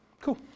Cool